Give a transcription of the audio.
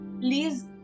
please